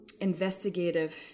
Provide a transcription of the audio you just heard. investigative